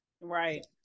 Right